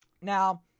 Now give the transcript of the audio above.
Now